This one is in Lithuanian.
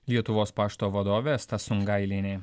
lietuvos pašto vadovė asta sungailienė